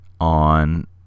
on